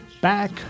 back